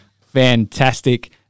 Fantastic